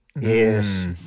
Yes